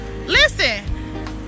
Listen